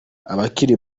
abakiri